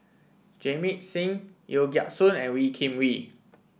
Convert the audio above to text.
Jamit Singh Yeo Siak Goon and Wee Kim Wee